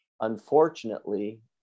unfortunately